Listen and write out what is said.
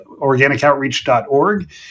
organicoutreach.org